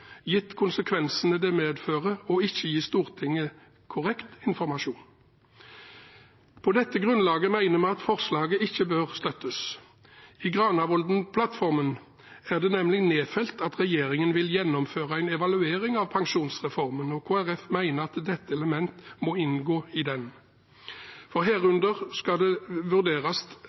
gitt konsekvensene det medfører ikke å gi Stortinget korrekt informasjon. På dette grunnlaget mener vi at forslaget ikke bør støttes. I Granavolden-plattformen er det nemlig nedfelt at regjeringen vil gjennomføre en evaluering av pensjonsreformen, og Kristelig Folkeparti mener at dette element må inngå i den. Herunder skal utviklingen av den reelle pensjonsalderen og kjøpekraften vurderes, nettopp for